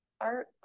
art